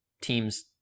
team's